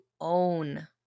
own